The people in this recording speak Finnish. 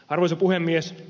arvoisa puhemies